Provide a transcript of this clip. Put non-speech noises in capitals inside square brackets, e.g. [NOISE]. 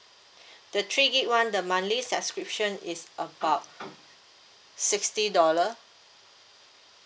[BREATH] the three gig one the monthly subscription is about sixty dollar